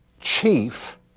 chief